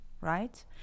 right